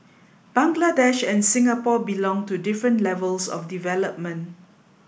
Bangladesh and Singapore belong to different levels of development